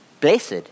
blessed